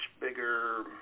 bigger